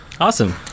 Awesome